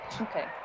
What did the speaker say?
Okay